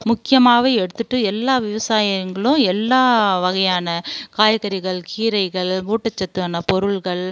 முக்கியமாக எடுத்துகிட்டு எல்லா விவசாயங்களும் எல்லா வகையான காய்கறிகள் கீரைகள் ஊட்டச்சத்தான பொருட்கள்